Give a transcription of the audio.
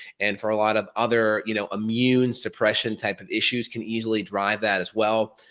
and for a lot of other, you know, immune suppression type of issues can easily drive that as well.